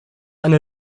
eine